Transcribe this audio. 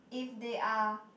if they are